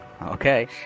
Okay